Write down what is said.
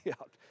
out